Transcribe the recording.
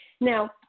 Now